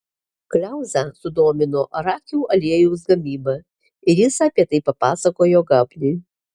kliauzą sudomino arachių aliejaus gamyba ir jis apie tai papasakojo gabniui